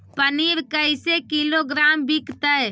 पनिर कैसे किलोग्राम विकतै?